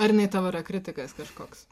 ar jinai tavo yra kritikas kažkoks